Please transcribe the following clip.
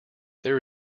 there